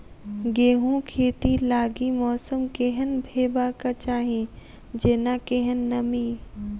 गेंहूँ खेती लागि मौसम केहन हेबाक चाहि जेना केहन नमी?